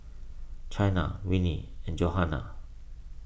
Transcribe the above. Chynna Winnie and Johannah